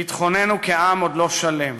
ביטחוננו כעם עוד לא שלם.